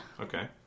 Okay